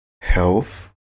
Health